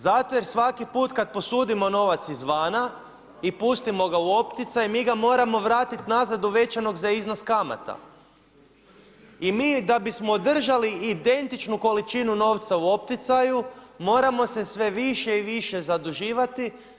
Zato jer svaki put kad posudimo novac izvana i pustimo ga u opticaj, mi ga moramo vratiti nazad uvećanog za iznos kamata i mi da bismo održali identičnu količinu novca u opticaju moramo se sve više i više zaduživati.